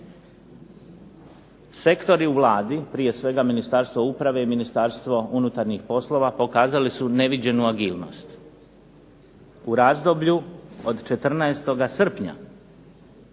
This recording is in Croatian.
Sektori u Vladi, prije svega Ministarstvo uprave i Ministarstvo unutarnjih poslova pokazali su neviđenu agilnost, u razdoblju od 14. srpnja